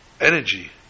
energy